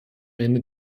ende